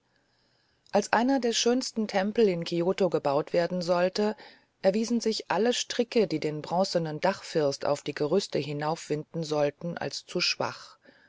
als einer der schönsten tempel in kioto gebaut werden sollte erwiesen sich alle stricke die den bronzenen dachfirst auf die gerüste hinaufwinden sollten als zu schwach